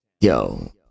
Yo